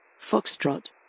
foxtrot